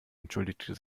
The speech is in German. entschuldigte